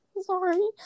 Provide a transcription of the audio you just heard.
Sorry